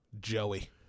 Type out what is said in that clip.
Joey